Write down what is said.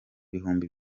bihumbi